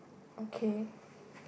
okay